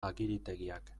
agiritegiak